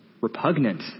Repugnant